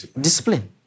Discipline